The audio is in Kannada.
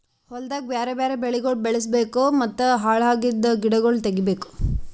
ಹೊಲ್ದಾಗ್ ಬ್ಯಾರೆ ಬ್ಯಾರೆ ಬೆಳಿಗೊಳ್ ಬೆಳುಸ್ ಬೇಕೂ ಮತ್ತ ಹಾಳ್ ಅಗಿದ್ ಗಿಡಗೊಳ್ ತೆಗಿಬೇಕು